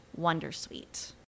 Wondersuite